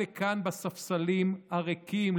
אלה כאן בספסלים הריקים,